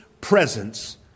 presence